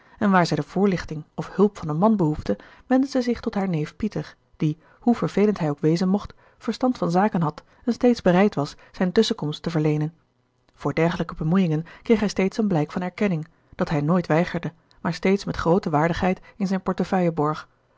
en waar zij de voorlichting of hulp van een man behoefde wendde zij zich tot haar neef pieter die hoe vervelend hij ook wezen mocht verstand van zaken had en steeds bereid was zijne tusschenkomst te verleenen voor dergelijke bemoeiingen kreeg hij steeds een blijk van erkenning dat hij nooit weigerde maar steeds met groote waardigheid in zijne portefeuille borg